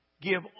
Give